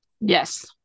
Yes